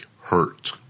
hurt